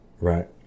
Right